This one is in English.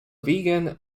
vegan